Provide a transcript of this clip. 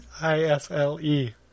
I-S-L-E